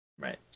Right